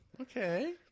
Okay